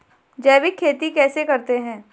जैविक खेती कैसे करते हैं?